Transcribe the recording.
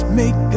make